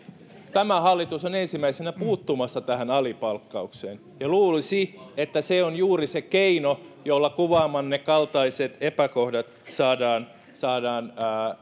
tämä hallitus on ensimmäisenä puuttumassa tähän alipalkkaukseen ja luulisi että se on juuri se keino jolla kuvaamanne kaltaiset epäkohdat saadaan saadaan